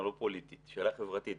לא פוליטית, שאלה חברתית.